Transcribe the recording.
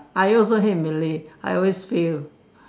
I also hate Malay I always fail